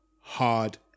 hard